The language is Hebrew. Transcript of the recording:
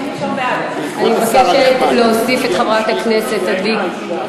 אנחנו עוברים להצבעה על הצעת חוק הבטחת הכנסה (תיקון,